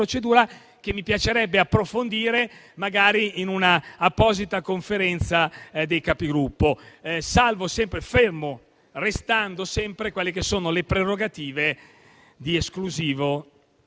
che mi piacerebbe approfondire, magari in un'apposita Conferenza dei Capigruppo, ferme restando sempre quelle che sono le prerogative esclusive